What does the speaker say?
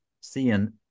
seeing